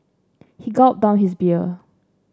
he gulped down his beer